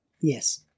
Yes